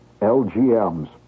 LGMs